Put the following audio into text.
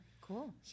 Cool